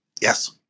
yes